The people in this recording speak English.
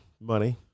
money